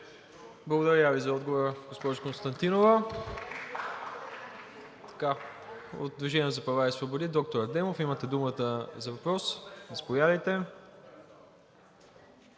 Благодаря Ви за отговора, госпожо Константинова. От „Движение за права и свободи“ – доктор Адемов, имате думата за въпрос. Заповядайте.